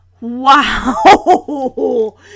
Wow